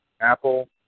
Apple